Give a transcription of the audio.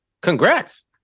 Congrats